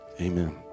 Amen